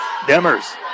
Demers